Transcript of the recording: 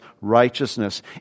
righteousness